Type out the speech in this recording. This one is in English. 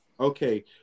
Okay